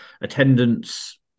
attendance